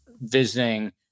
visiting